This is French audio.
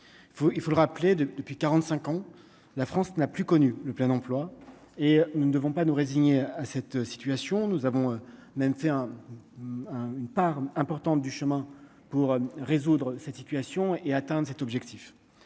il faut le rappeler de depuis 45 ans, la France n'a plus connu le plein emploi et nous ne devons pas nous résigner à cette situation, nous avons même fait un un, une part importante du chemin pour résoudre cette situation est atteinte de cet objectif,